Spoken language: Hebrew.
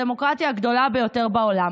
הדמוקרטיה הגדולה ביותר בעולם,